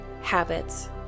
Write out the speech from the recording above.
habits